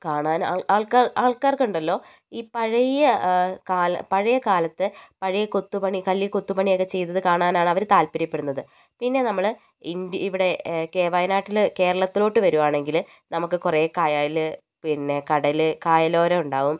കാണാൻ ആൾക്കാര് ആൾക്കാർക്ക് ഉണ്ടല്ലോ ഈ പഴയ കാല പഴയകാലത്ത് പഴയ കൊത്ത് പണി കല്ലിൽ കൊത്തു പണിയൊക്കെ ചെയ്തത് കാണാനാണ് അവര് താൽപര്യപ്പെടുന്നത് പിന്നെ നമ്മള് ഇന്ത്യ ഇവിടെ കേ വയനാട്ടിലെ കേരളത്തിലോട്ട് വരികയാണെങ്കില് നമുക്ക് കുറേ കായല് പിന്നെ കടല് കായലോരം ഉണ്ടാകും